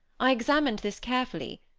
i examined this carefully,